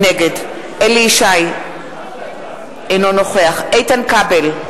נגד אליהו ישי, אינו נוכח איתן כבל,